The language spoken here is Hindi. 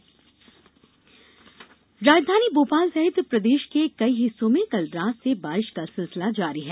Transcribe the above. मौसम बारिश राजधानी भोपाल सहित प्रदेश के कई हिस्सों में कल रात से बारिश का सिलसिला जारी है